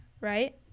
right